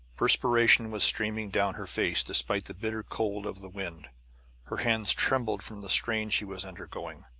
perspiration was streaming down her face, despite the bitter cold of the wind her hands trembled from the strain she was undergoing.